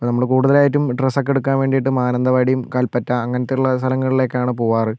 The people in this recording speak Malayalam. അപ്പോൾ നമ്മൾ കൂടുതലായിട്ടും ഡ്രെസ്സക്കെടുക്കാൻ വേണ്ടീട്ട് മാനന്തവാടിയും കൽപ്പറ്റ അങ്ങനത്തേയുള്ള സ്ഥലങ്ങളിലേക്കാണ് പോകാറ്